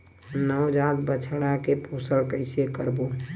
नवजात बछड़ा के पोषण कइसे करबो?